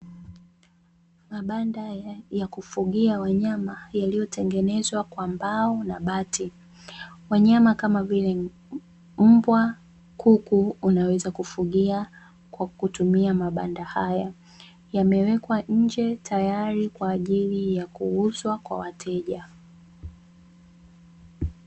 Mabanda ya kufugia wanyama yaliyotengenezwa kwa mbao na bati. Wanyama kama vile mbwa, kuku unaweza kufugia, kwa kutumia mabanda haya. Yamewekwa nje tayari kwa ajili ya kuuzwa kwa wateja.